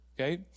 okay